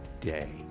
day